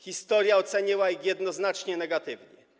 Historia oceniła ich jednoznacznie negatywnie.